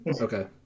Okay